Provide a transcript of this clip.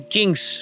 Kings